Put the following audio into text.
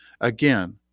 Again